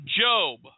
job